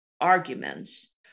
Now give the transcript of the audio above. arguments